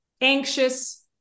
anxious